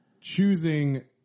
choosing